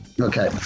Okay